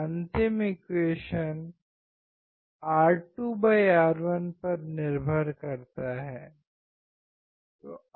अंतिम equation R2R1 पर निर्भर करता है